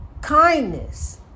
kindness